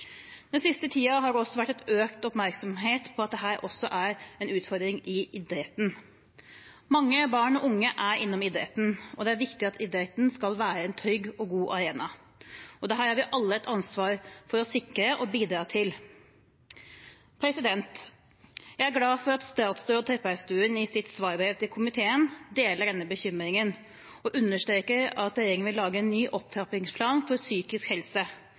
Den siste tiden har det vært økt oppmerksomhet om at dette også er en utfordring i idretten. Mange barn og unge er innom idretten, og det er viktig at idretten skal være en trygg og god arena. Dette har vi alle et ansvar for å sikre og bidra til. Jeg er glad for at statsråd Trettebergstuen i sitt svarbrev til komiteen deler denne bekymringen og understreker at regjeringen vil lage en ny opptrappingsplan for psykisk helse.